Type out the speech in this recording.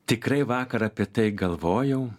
tikrai vakar apie tai galvojau